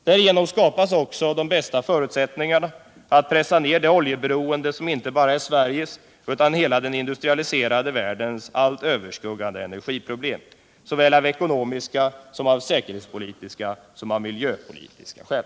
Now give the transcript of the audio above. Därigenom skapas de bästa förutsättningarna att pressa ned det oljeberoende som är inte bara Sveriges utan hela den industrialiserade världens allt överskuggande energiproblem, såväl av ekonomiska som säkerhetspolitiska och miljöpolitiska skäl.